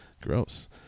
gross